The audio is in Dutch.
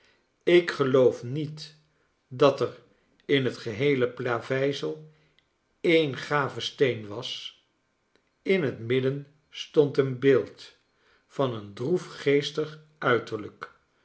ik geloof niet dat er in het geheele plaveisel een gave steen was in het midden stond een beeld van een droefgeestig uiterlijk